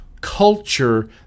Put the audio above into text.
culture